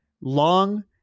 long